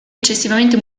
eccessivamente